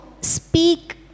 speak